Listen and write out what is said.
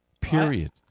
Period